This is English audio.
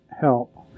help